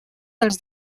dels